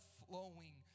flowing